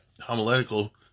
homiletical